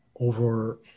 Over